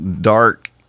dark